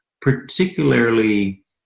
particularly